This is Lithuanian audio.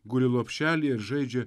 guli lopšelyje ir žaidžia